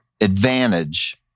advantage